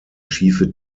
schiefe